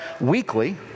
weekly